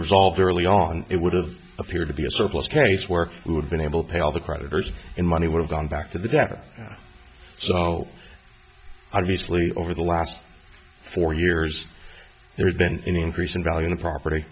resolved early on it would have appeared to be a surplus casework who had been able to pay all the creditors in money would have gone back to the doctor so obviously over the last four years there's been an increase in value in the property